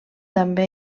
també